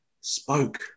spoke